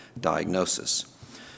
diagnosis